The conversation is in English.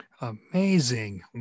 Amazing